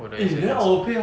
我的以前也是